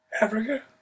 Africa